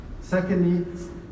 Secondly